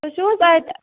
تُہۍ چھُو حظ اَتہِ